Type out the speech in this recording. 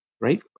right